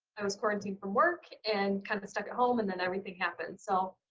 i was quarantined from work and kind of stuck at home and then everything happened. so,